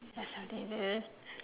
ya something like that ah